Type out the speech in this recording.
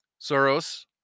Soros